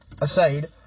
aside